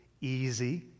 easy